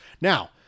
Now